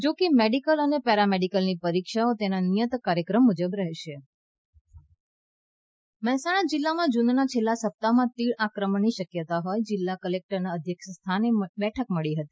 જોકે મેડિકલ અને પેરા મેડિકલની પરીક્ષાઓ તેના નિયત કાર્યક્રમ મુજબ રહેશે સમીક્ષા બેઠક યોજાઈ મહેસાણા જિલ્લામાં જૂનનાં છેલ્લા સપ્તાહમાં તીડ આક્રમણની શક્યતાં હોઈ જિલ્લા કલેકટરનાં અધ્યક્ષ સ્થાને બેઠક મળી હતી